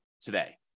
today